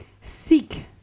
seek